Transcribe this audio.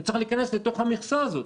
הוא צריך להיכנס לתוך המכסה הזאת.